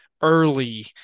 early